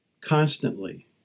constantly